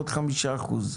עוד 5 אחוזים.